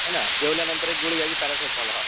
है ना जेवल्यानंतर एक गोळी घ्यायची पॅरासिटेमॉल हो